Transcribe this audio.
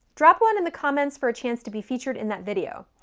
drop one in the comments for a chance to be featured in that video.